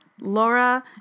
Laura